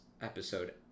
episode